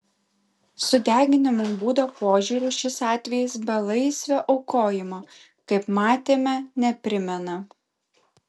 sudeginimo būdo požiūriu šis atvejis belaisvio aukojimo kaip matėme neprimena